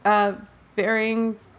varying